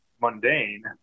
mundane